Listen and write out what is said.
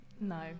no